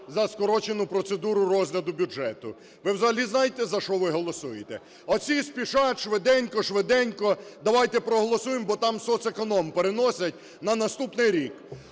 за скорочену процедуру розгляду бюджету: ви взагалі знаєте, за що ви голосуєте? От всі спішать, швиденько-швиденько давайте проголосуємо, бо там соцеконом переносять на наступний рік.